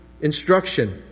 instruction